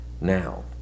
now